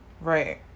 Right